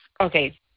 okay